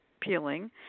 peeling